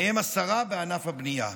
מהם עשרה בענף הבנייה.